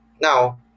Now